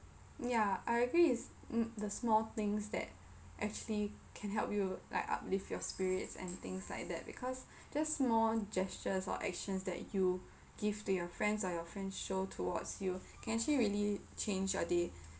ya I agree is m~ the small things that actually can help you like uplift your spirits and things like that because just small gestures or actions that you give to your friends or your friends show towards you can actually really change your day